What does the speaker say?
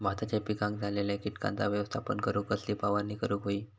भाताच्या पिकांक झालेल्या किटकांचा व्यवस्थापन करूक कसली फवारणी करूक होई?